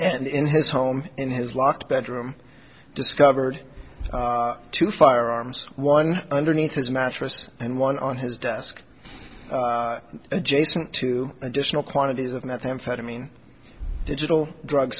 and in his home in his locked bedroom discovered two firearms one underneath his mattress and one on his desk adjacent to additional quantities of methamphetamine digital drug